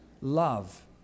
love